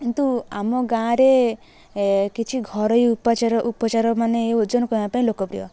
କିନ୍ତୁ ଆମ ଗାଁରେ କିଛି ଘରୋଇ ଉପଚାର ଉପଚାର ମାନେ ଏଇ ଓଜନ କମେଇବା ପାଇଁ ଲୋକପ୍ରିୟ